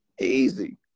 Easy